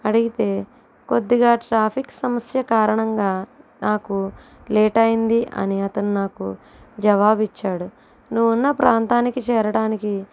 అడిగితే కొద్దిగా ట్రాఫిక్ సమస్య కారణంగా నాకు లేట్ అయ్యింది అని అతను నాకు జవాబు ఇచ్చాడు నువ్వు ఉన్న ప్రాంతానికి చేరడానికి